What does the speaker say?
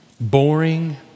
boring